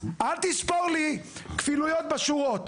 אל תספור לי כפילויות בשורות.